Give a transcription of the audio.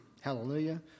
Hallelujah